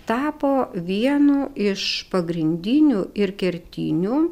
tapo vienu iš pagrindinių ir kertinių